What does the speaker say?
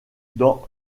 dans